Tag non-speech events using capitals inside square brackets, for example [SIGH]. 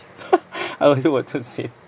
[LAUGHS] I also was about to say